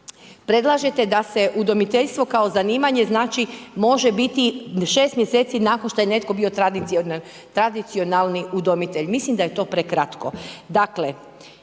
predlažete da se udomiteljstvo kao zanimanje znači može biti 6 mjeseci nakon što je netko bio tradicionalni udomitelj, mislim da je to prekratko.